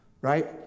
right